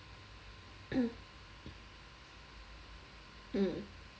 mm